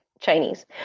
Chinese